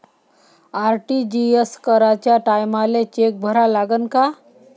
RTGS कराच्या टायमाले cheque भरा लागन का?